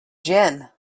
gin